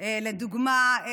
לדוגמה,